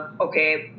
okay